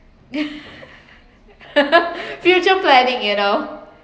future planning you know